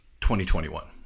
2021